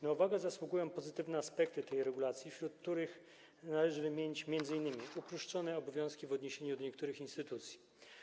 Na uwagę zasługują pozytywne aspekty tej regulacji, należy tutaj wymienić m.in. uproszczone obowiązki w odniesieniu do niektórych instytucji.